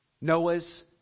Noah's